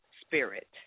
spirit